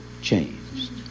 changed